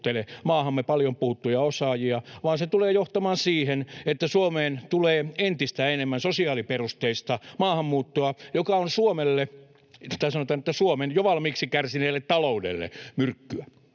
paljon puhuttuja osaajia, vaan se tulee johtamaan siihen, että Suomeen tulee entistä enemmän sosiaaliperusteista maahanmuuttoa, joka on Suomen jo valmiiksi kärsineelle taloudelle myrkkyä.